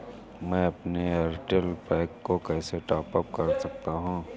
मैं अपने एयरटेल पैक को कैसे टॉप अप कर सकता हूँ?